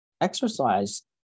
exercise